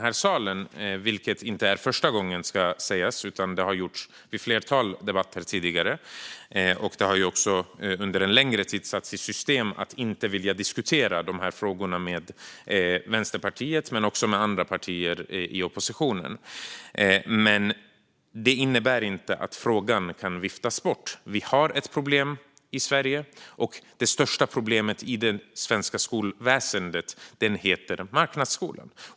Det ska sägas att det inte är första gången, utan detta har skett vid ett flertal tidigare debatter. Det har också under längre tid satts i system att inte vilja diskutera dessa frågor med Vänsterpartiet och heller inte med andra partier i oppositionen. Det innebär inte att frågan kan viftas bort. Vi har ett problem i Sverige, och det största problemet i det svenska skolväsendet heter marknadsskolan.